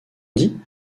dit